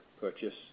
purchase